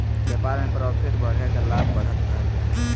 व्यापार में प्रॉफिट बढ़े के लाभ, बढ़त कहल जा हइ